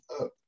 up